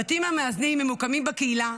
הבתים המאזנים ממוקמים בקהילה,